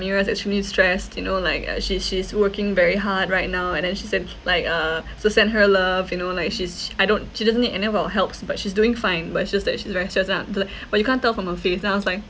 amira is really stressed you know like uh she's she's working very hard right now and then she said like uh so send her love you know like she's I don't she doesn't need any type of helps but she's doing fine but it's just that she's very stressed lah then like but you can't tell from her face then I was like